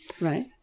Right